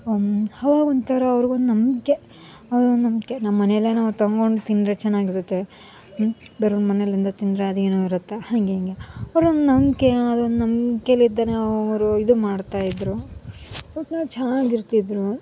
ಅವಾಗ ಒಂಥರ ಅವ್ರ್ಗೊಂದು ನಂಬಿಕೆ ಅವ್ರ್ಗೊಂದು ನಂಬಿಕೆ ನಮ್ಮ ಮನೇಲೆ ನಾವು ತಂದ್ಕೊಂಡು ತಿಂದರೆ ಚೆನ್ನಾಗಿರುತ್ತೆ ಹ್ಞೂ ಬೇರೆವ್ರ ಮನೆಯಿಂದ ತಿಂದರೆ ಅದೇನೋ ಇರುತ್ತೆ ಹಾಗೆ ಹೀಗೆ ಅವ್ರೊಂದು ನಂಬಿಕೆ ಅದೊಂದು ನಂಬ್ಕೆಯಿಂದನೆ ಅವರು ಇದು ಮಾಡ್ತಾಯಿದ್ರು ಒಟ್ನಲ್ಲಿ ಚೆನ್ನಾಗಿರ್ತಿದ್ರು